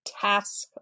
task